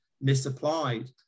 misapplied